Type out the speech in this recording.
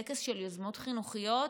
טקס של יוזמות חינוכיות,